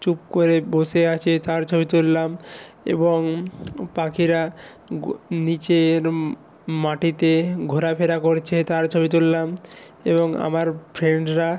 চুপ করে বসে আছে তার ছবি তুললাম এবং পাখিরা নিচে এরম মাটিতে ঘোরা ফেরা করছে তার ছবি তুললাম এবং আমার ফ্রেন্ডরা